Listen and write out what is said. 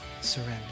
surrender